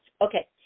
okay